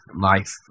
life